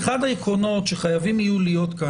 העקרונות שחייבים יהיו להיות פה